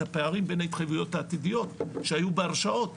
הפערים בין ההתחייבויות העתידיות שהיו בהרשאות